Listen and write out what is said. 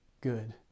good